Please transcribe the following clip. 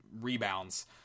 rebounds